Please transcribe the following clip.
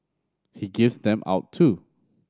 he gives them out too